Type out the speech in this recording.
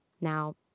Now